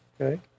Okay